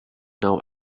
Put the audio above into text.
now